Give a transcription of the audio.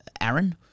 Aaron